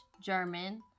German